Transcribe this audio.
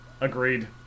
Agreed